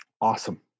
Awesome